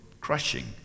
crushing